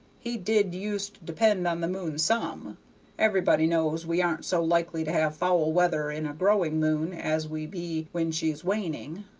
he did use to depend on the moon some everybody knows we aren't so likely to have foul weather in a growing moon as we be when she's waning.